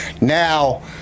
now